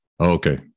Okay